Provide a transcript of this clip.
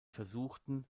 versuchten